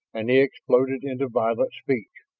and he exploded into violent speech.